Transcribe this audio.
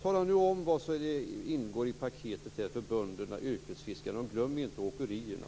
Tala nu om vad som ingår i paketet för bönderna, yrkesfiskarna och glöm inte åkerierna!